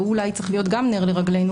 והוא אולי צריך להיות גם נר לרגלינו,